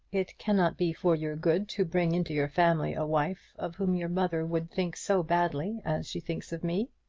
it cannot be for your good to bring into your family a wife of whom your mother would think so badly as she thinks of me.